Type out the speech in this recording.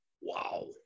Wow